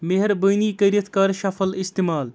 مہربٲنی کٔرِتھ کر شفل استعمال